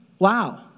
Wow